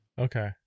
Okay